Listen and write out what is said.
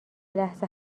لحظه